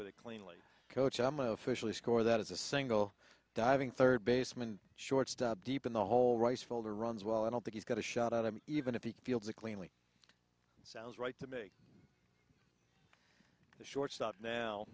with a cleanly coach i'm officially score that is a single diving third baseman shortstop deep in the hole rice folder runs well i don't think he's got a shot i mean even if he feels it cleanly sounds right to make the shortstop now